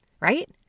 right